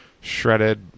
shredded